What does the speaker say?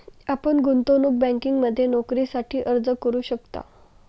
आपण गुंतवणूक बँकिंगमध्ये नोकरीसाठी अर्ज करू शकता